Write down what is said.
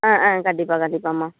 ஆ ஆ கண்டிப்பாக கண்டிப்பாகம்மா